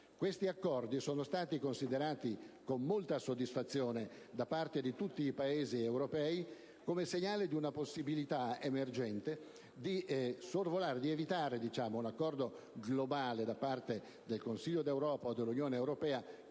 Questi accordi sono stati considerati con molta soddisfazione da parte di tutti i Paesi europei come segnale di una possibilità emergente di evitare un accordo globale da parte del Consiglio d'Europa, o dell'Unione europea,